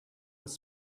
was